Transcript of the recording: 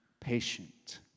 Patient